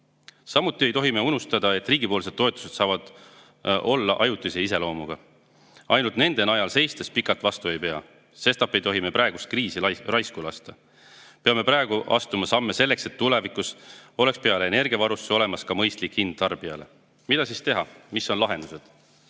Samuti ei tohi me unustada, et riigipoolsed toetused saavad olla ajutise iseloomuga. Ainult nende najal seistes pikalt vastu ei pea, sestap ei tohi me praegust kriisi raisku lasta. Me peame juba praegu astuma samme selleks, et tulevikus oleks peale energiavarustuse olemas ka mõistlik hind tarbijale. Mida siis teha, mis on lahendused?